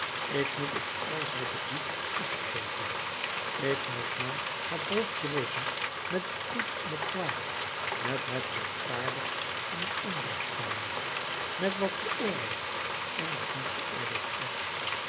ik moet op alles wat ik doe acht geven ik moet mij het hoofd breken met het goed en het kwaad met het rechtvaardige en het onrechtvaardige met wat geoorloofd en wat niet geoorloofd is